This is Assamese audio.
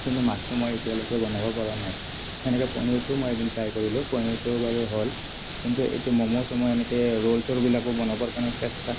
কিন্তু মাছটো মই এতিয়ালৈকে বনাব পৰা নাই সেনেকৈ পনীৰটো মই এদিন ট্ৰাই কৰিলোঁ পনীৰটো বাৰু হ'ল কিন্তু এইটো ম'ম' চ'ম' এনেকৈ ৰ'ল চ'লবিলাকো বনাবৰ কাৰণে চেষ্টা